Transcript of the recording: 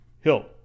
Hill